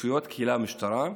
שותפויות קהילה ומשטרה.